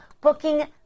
booking